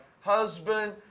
husband